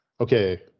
Okay